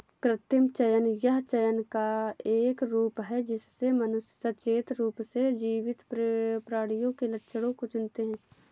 कृत्रिम चयन यह चयन का एक रूप है जिससे मनुष्य सचेत रूप से जीवित प्राणियों के लक्षणों को चुनते है